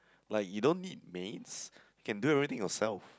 like you don't need maids you can do everything yourself